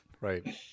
Right